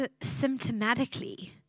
symptomatically